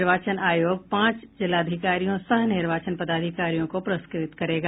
निर्वाचन आयोग पांच जिलाधिकारियों सह निर्वाचन पदाधिकारियों को पुरस्कृत करेगा